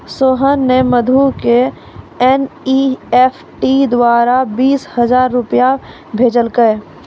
सोहन ने मधु क एन.ई.एफ.टी द्वारा बीस हजार रूपया भेजलकय